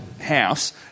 house